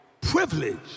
privilege